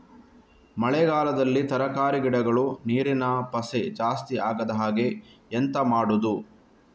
ಮಳೆಗಾಲದಲ್ಲಿ ತರಕಾರಿ ಗಿಡಗಳು ನೀರಿನ ಪಸೆ ಜಾಸ್ತಿ ಆಗದಹಾಗೆ ಎಂತ ಮಾಡುದು?